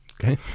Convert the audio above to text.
Okay